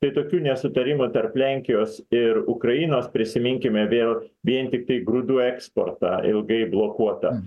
tai tokių nesutarimų tarp lenkijos ir ukrainos prisiminkime vėl vien tiktai grūdų eksportą ilgai blokuotą